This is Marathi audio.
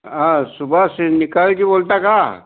हां सुभाष निकाळजे बोलता का